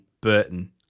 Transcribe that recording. Burton